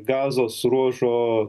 gazos ruožo